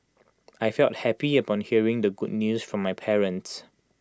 I felt happy upon hearing the good news from my parents